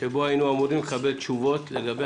שבו היינו אמורים לקבל תשובות לגבי